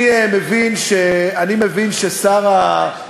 תודה רבה.